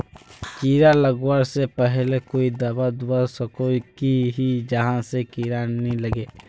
कीड़ा लगवा से पहले कोई दाबा दुबा सकोहो ही जहा से कीड़ा नी लागे?